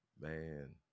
Man